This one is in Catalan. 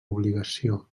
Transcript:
obligació